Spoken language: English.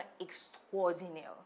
extraordinary